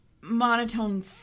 monotone